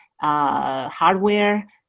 hardware